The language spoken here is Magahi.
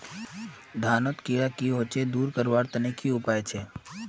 धानोत कीड़ा की होचे दूर करवार तने की उपाय छे?